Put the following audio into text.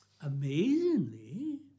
Amazingly